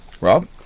Rob